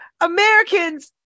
Americans